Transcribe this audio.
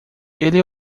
ele